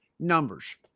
numbers